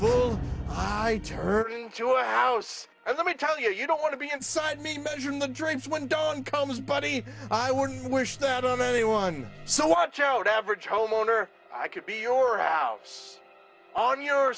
our house and let me tell you you don't want to be inside me measuring the drapes when done comes buddy i wouldn't wish that on anyone so watch out average homeowner i could be your house on your